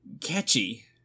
catchy